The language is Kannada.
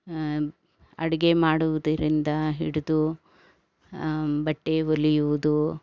ಅಡುಗೆ ಮಾಡುವುದರಿಂದ ಹಿಡಿದು ಬಟ್ಟೆ ಹೊಲಿಯುವುದು